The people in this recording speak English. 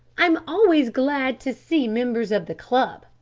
i'm always glad to see members of the club,